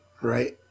Right